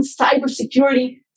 cybersecurity